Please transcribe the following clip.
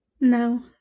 No